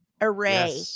array